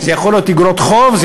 זה יכול להיות איגרות חוב,